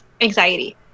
anxiety